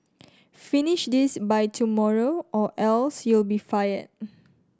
finish this by tomorrow or else you'll be fired